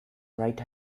right